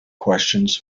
questions